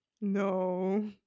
No